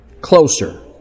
closer